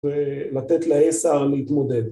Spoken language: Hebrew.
ולתת ל ASR להתמודד